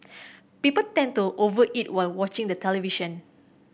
people tend to over eat while watching the television